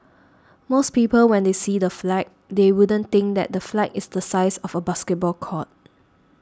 most people when they see the flag they wouldn't think that the flag is the size of a basketball court